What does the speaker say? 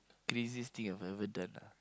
craziest thing I've ever done ah